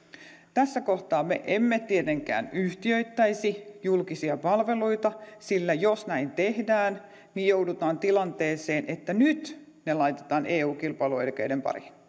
tässä kohtaa me emme tietenkään yhtiöittäisi julkisia palveluita sillä jos näin tehdään joudutaan tilanteeseen että ne laitetaan eun kilpailuoikeuden pariin